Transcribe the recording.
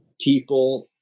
people